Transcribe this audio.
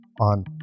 on